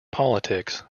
politics